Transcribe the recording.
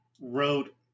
wrote